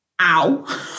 ow